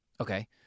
Okay